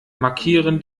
markieren